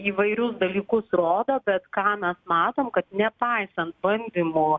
įvairius dalykus rodo bet ką mes matom kad nepaisant bandymų